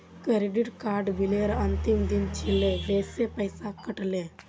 credit card बिलेर अंतिम दिन छिले वसे पैसा कट ले